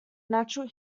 natural